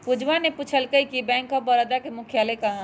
पूजवा ने पूछल कई कि बैंक ऑफ बड़ौदा के मुख्यालय कहाँ हई?